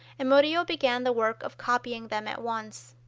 and murillo began the work of copying them at once.